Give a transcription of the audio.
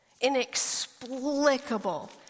inexplicable